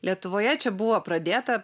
lietuvoje čia buvo pradėta